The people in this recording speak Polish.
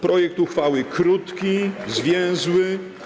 Projekt uchwały jest krótki, zwięzły.